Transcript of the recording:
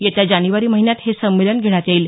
येत्या जानेवारी महिन्यात हे संमेलन घेण्यात येईल